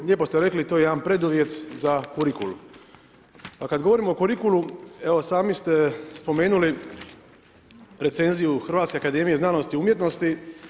Lijepo ste rekli to je jedan preduvjet za kurikul, pa kad govorimo o kurikulu evo sami ste spomenuli recenziju Hrvatske akademije znanosti i umjetnosti.